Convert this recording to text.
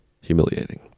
humiliating